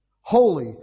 Holy